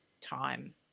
time